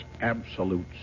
absolute